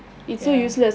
ya